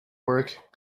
work